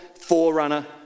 forerunner